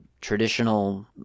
traditional